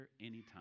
anytime